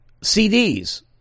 CDs